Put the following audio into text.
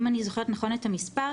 אם אני זוכרת נכון את המספר,